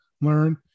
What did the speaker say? learn